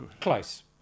Close